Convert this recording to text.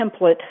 template